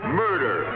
murder